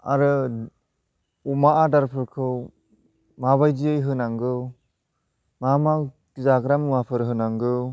आरो अमा आदारफोरखौ मा बायदि होनांगौ मा मा जाग्रा मुवाफोर होनांगौ